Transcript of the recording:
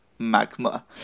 magma